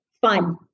fun